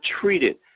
treated